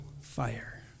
fire